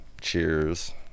Cheers